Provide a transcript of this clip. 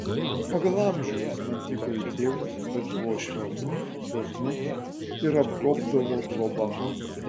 pagal amžių jis man tiko į tėvus bet buvo švelnus dosnus ir apgobdavo globa